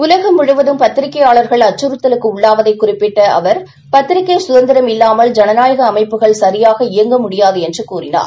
உலகம்முழுவதும்பத்திரிகையாளர்கள்அச்சுறுத்தலுக்குஉள்ளாவதை குறிப்பிட்டஅவர்இ பத்திரிகைசுதந்திரம்இல்லாமல்ஜனநாயகஅமைப்புகள்சரியாகஇயங்க முடியாதுஎன்றுகூறினார்